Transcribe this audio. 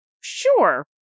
Sure